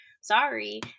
Sorry